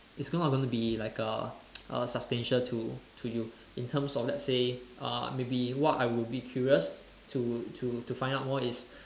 it's not gonna be like a a substantial to to you in terms of let's say uh maybe what I would be curious to to to find out more is